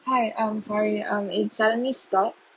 hi um sorry um it suddenly stopped